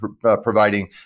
providing